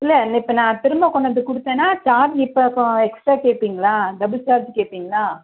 இல்லை இப்போ நான் திரும்ப கொண்டாந்து கொடுத்தேன்னா சார்ஜ் இப்போ எக்ஸ்ட்ரா கேட்பிங்களா டபிள் சார்ஜ் கேட்பீங்களா